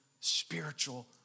spiritual